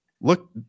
look